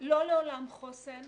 לא לעולם חוסן,